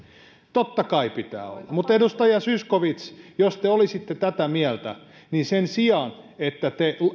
totta kai pitää olla mutta edustaja zyskowicz jos te olisitte tätä mieltä niin sen sijaan että te